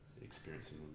experiencing